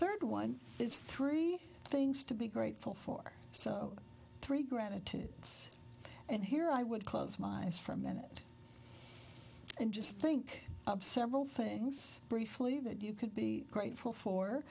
third one is three things to be grateful for so three gratitude it's and here i would close my eyes from minute and just think of several things briefly that you could be grateful for